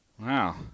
Wow